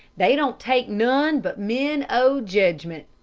they don't take none but men o' jedgment.